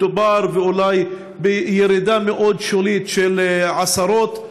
מדובר אולי בירידה מאוד שולית של עשרות,